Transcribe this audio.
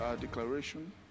declaration